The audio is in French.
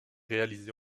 réalisé